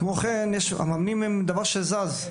כמו כן, המאמנים הם דבר שזז.